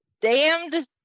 damned